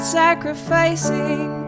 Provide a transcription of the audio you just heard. sacrificing